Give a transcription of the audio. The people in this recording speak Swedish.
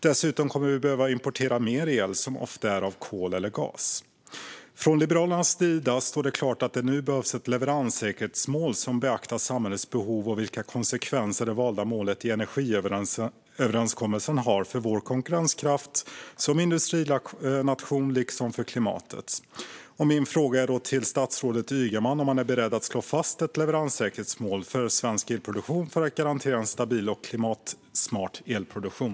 Dessutom kommer vi att behöva importera mer el, som ofta är baserad på kol eller gas. Från Liberalernas sida står det klart att det nu behövs ett leveranssäkerhetsmål som beaktar samhällets behov och vilka konsekvenser det valda målet i energiöverenskommelsen har för vår konkurrenskraft som industrination liksom för klimatet. Jag ställer min fråga till statsrådet Ygeman. Är han beredd att slå fast ett leveranssäkerhetsmål för svensk elproduktion för att garantera en stabil och klimatsmart elproduktion?